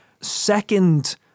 second